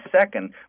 second